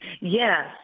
Yes